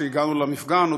כשהגענו למפגן,